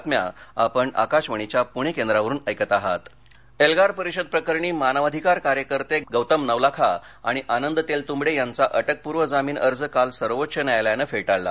जमीन रह एल्गार परिषद प्रकरणी मानवाधिकार कार्यकर्ते गौतम नवलाखा आणि आनंद तेलतुंबडे यांचा अटकपूर्व जमीन अर्ज काल सर्वोच्च न्यायालयानं फेटाळला